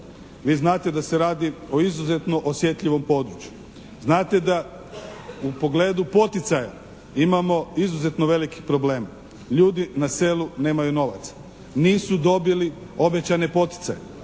vi znate da se radi o izuzetno osjetljivom području. Znate da u pogledu poticaja imamo izuzetno velikih problema. Ljudi na selu nemaju novaca. Nisu dobili obećane poticaje.